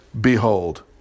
Behold